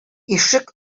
ишек